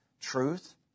Truth